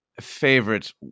favorite